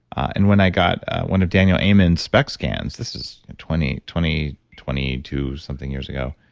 and when i got one of daniel amen's spect scans, this was twenty, twenty twenty two something years ago,